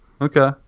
Okay